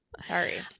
Sorry